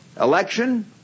Election